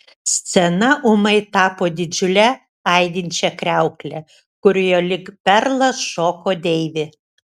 scena ūmai tapo didžiule aidinčia kriaukle kurioje lyg perlas šoko deivė